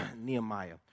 Nehemiah